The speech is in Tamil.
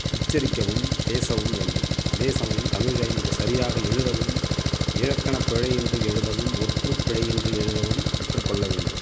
உச்சரிக்கவும் பேசவும் வேண்டும் அதே சமயம் தமிழை மிக சரியாக எழுதவும் இழக்கண பிழையின்றி எழுதவும் ஒற்று பிழையின்றி எழுதவும் கற்றுக்கொள்ள வேண்டும்